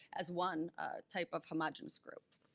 as one type of homogenous group.